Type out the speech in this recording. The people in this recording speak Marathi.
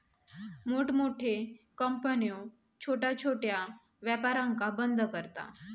मोठमोठे कंपन्यो छोट्या छोट्या व्यापारांका बंद करता